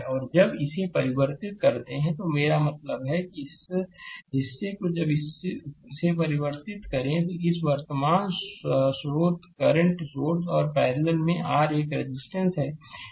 और जब इसे परिवर्तित करते हैं तो मेरा मतलब है कि इस हिस्से को जब इसे परिवर्तित करें इस वर्तमान स्रोत करंट सोर्स और पैरलल में r एक रेजिस्टेंस है